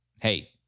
hey